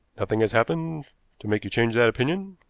nothing has happened to make you change that opinion?